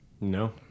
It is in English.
No